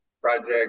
project